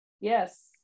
Yes